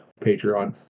Patreon